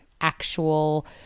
actual